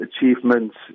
achievements